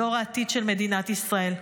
דור העתיד של מדינת ישראל.